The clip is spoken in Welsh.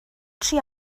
tri